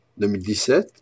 2017